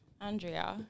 Andrea